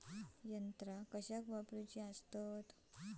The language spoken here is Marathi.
यंत्रा कशाक वापुरूची?